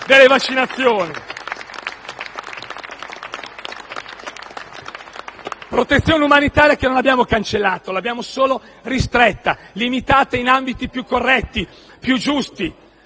e M5S)*. Protezione umanitaria che non abbiamo cancellato, ma abbiamo solo ristretto e limitato ad ambiti più corretti e più giusti,